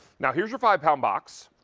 now here's your five pound box.